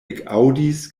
ekaŭdis